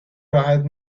راحت